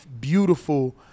beautiful